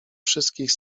wszystkich